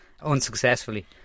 unsuccessfully